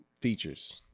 features